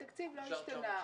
התקציב לא השתנה.